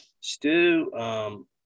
Stu